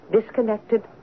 disconnected